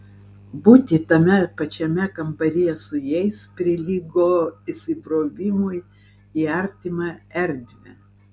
būti tame pačiame kambaryje su jais prilygo įsibrovimui į artimą erdvę